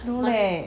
no leh